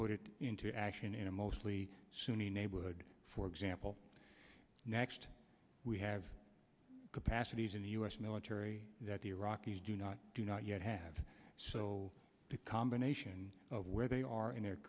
put it into action in a mostly sunni neighborhood for example we have capacities in the u s military that the iraqis do not do not yet have so the combination of where they are in their